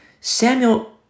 Samuel